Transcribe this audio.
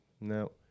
no